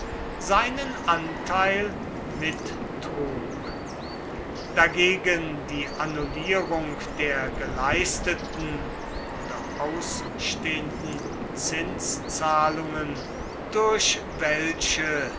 seinen anteil mittrug dagegen die annullierung der geleisteten oder ausstehenden zinszahlungen durch welche